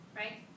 right